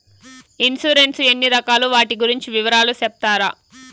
Insurance ఎన్ని రకాలు వాటి గురించి వివరాలు సెప్తారా?